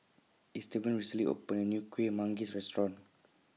Estevan recently opened A New Kuih Manggis Restaurant